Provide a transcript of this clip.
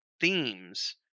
themes